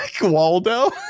Waldo